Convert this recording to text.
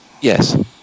Yes